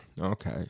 okay